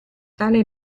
tale